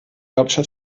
hauptstadt